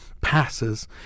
passes